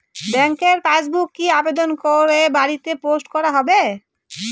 ব্যাংকের পাসবুক কি আবেদন করে বাড়িতে পোস্ট করা হবে?